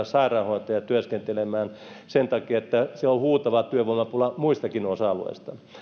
sairaanhoitajia työskentelemään sen takia että siellä on huutava työvoimapula muillakin osa